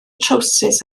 trowsus